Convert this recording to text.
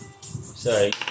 sorry